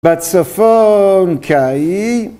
בצפון קאי